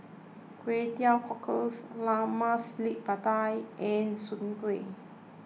Kway Teow Cockles Lemak Cili Padi and Soon Kueh